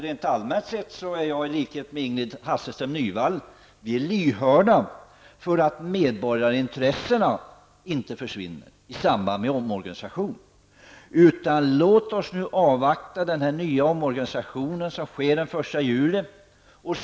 Rent allmänt sett är jag, i likhet med Ingrid Hasselström Nyvall, lyhörd för att medborgarintressena inte försvinner i samband med omorganisationen. Låt oss nu avvakta den nya omorganisation som sker den 1 juli.